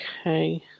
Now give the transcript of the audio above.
Okay